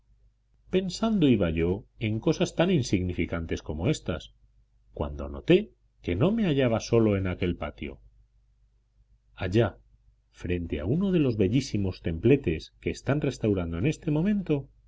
pensando iba yo en cosas tan insignificantes como éstas cuando noté que no me hallaba solo en aquel patio allá frente a uno de los bellísimos templetes que están restaurando en este momento